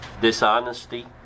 dishonesty